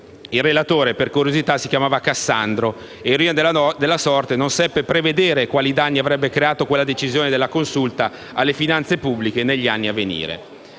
Il relatore, per curiosità, si chiamava Cassandro e, ironia della sorte, non seppe prevedere quali danni quella decisione della Consulta avrebbe creato alle finanze pubbliche negli anni a venire.